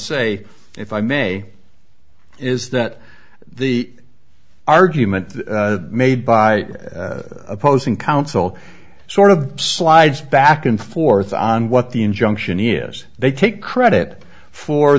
say if i may is that the argument made by opposing counsel sort of slides back and forth on what the injunction is they take credit for